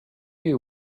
you